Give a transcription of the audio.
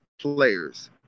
players